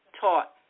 taught